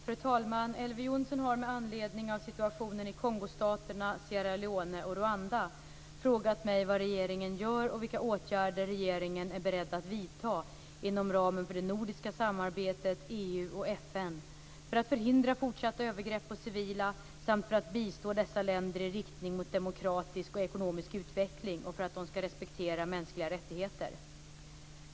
Fru talman! Elver Jonsson har med anledning av situationen i Kongostaterna, Sierra Leone och Rwanda frågat mig vad regeringen gör och vilka åtgärder regeringen är beredd att vidta inom ramen för det nordiska samarbetet, EU och FN för att förhindra fortsatta övergrepp på civila samt för att bistå dessa länder i riktning mot demokratisk och ekonomisk utveckling och för att de ska respektera mänskliga rättigheter.